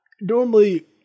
Normally